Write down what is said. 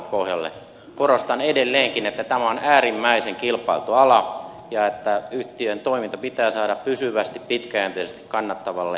korostan edelleenkin että tämä on äärimmäisen kilpailtu ala ja että yhtiön toiminta pitää saada pysyvästi pitkäjänteisesti kannattavalle pohjalle